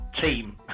team